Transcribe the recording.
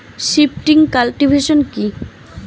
Shifting cultivation কি?